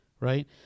right